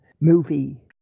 movie